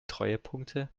treuepunkte